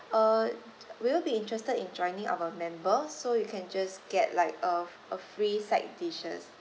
uh will you be interested in joining our member so you can just get like have a a free side dishes